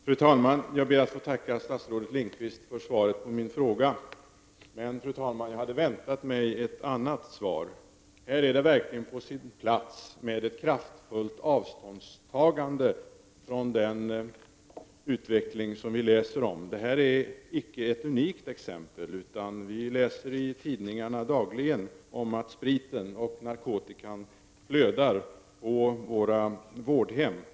Fru talman! Jag ber att få tacka statsrådet Lindqvist för svaret på min fråga. Men jag hade väntat mig ett annat svar. Här är det verkligen på sin plats med ett kraftfullt avståndstagande från den utveckling som vi läser om. Det handlar inte om ett unikt exempel här, utan vi läser dagligen i tidningarna om att sprit och narkotika flödar på våra vårdhem.